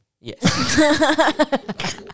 Yes